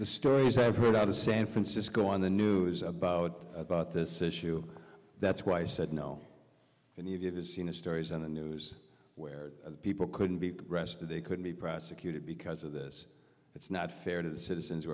the stories i've heard out of san francisco on the news about about this issue that's why i said no and it is seen as stories in the news where people couldn't be arrested they could be prosecuted because of this it's not fair to the citizens who